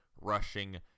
rushing